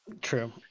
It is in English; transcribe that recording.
true